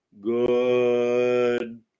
Good